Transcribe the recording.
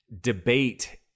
debate